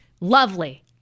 lovely